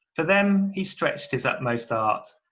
for them he stretched his utmost art.